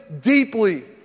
deeply